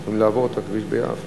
הם יכולים לעבור את הכביש ביעף,